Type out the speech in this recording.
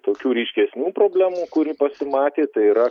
tokių ryškesnių problemų kuri pasimatė tai yra